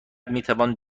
میتوان